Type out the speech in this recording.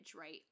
right